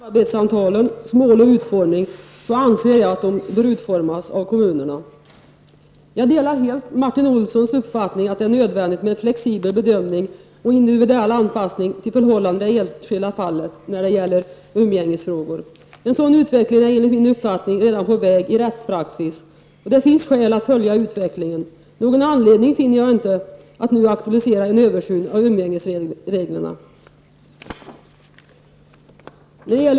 Fru talman! Målen för samarbetssamtalen anser jag bör utformas av kommunerna. Jag delar helt Martin Olssons uppfattning att det är nödvändigt med flexibel bedömning och individuell anpassning till förhållanden i det enskilda fallet när det gäller umgängesfrågor. En sådan utveckling är enligt min uppfattning redan på väg i rättspraxis. Det finns skäl att följa utvecklingen, men jag finner inte någon anledning att nu aktualisera en översyn av umgängesreglerna.